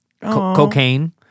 cocaine